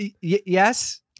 Yes